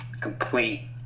complete